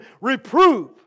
Reprove